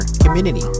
community